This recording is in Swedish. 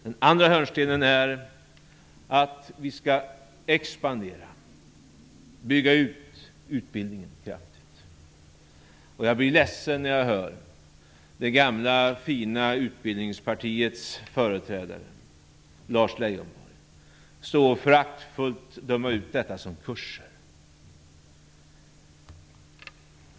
Den andra hörnstenen är att vi skall expandera och bygga ut utbildningen kraftigt. Jag blir ledsen när jag hör det gamla fina utbildningspartiets företrädare Lars Leijonborg stå och föraktfullt döma ut detta som kurser.